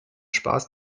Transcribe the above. spaß